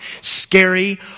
scary